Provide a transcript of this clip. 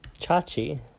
Chachi